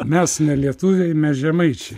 mes ne lietuviai mes žemaičiai